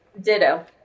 Ditto